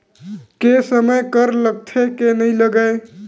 के समय कर लगथे के नइ लगय?